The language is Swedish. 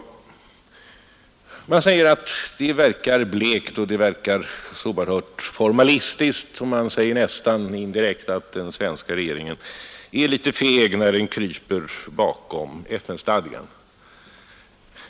Man säger att det verkar blekt och att det verkar formalistiskt, och man säger nästan indirekt att den svenska regeringen är litet feg, när den kryper bakom FN-stadgan.